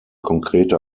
konkrete